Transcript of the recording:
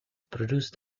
produced